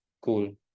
cool